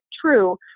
true